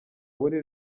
muri